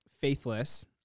faithless